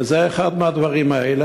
וזה אחד מהדברים האלה.